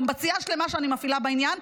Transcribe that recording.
קמב"ציה שלמה שאני מפעילה בעניין,